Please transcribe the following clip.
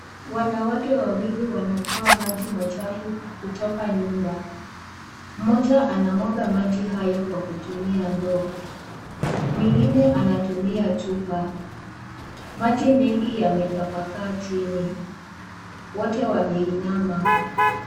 Wanawake wawili wanatoa maji machafu kutoka nyumba, mmoja anamwaga maji hayo kwa kutumia ndoo, mwingine anatumia chupa, maji mengi yametapakaa chini, wote wameinama.